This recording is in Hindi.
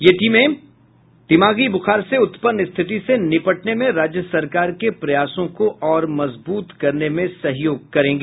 ये टीमें दिमागी बुखार से उत्पन्न स्थिति से निपटने में राज्य सरकार के प्रयासों को और मजबूत करने में सहयोग करेंगी